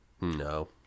No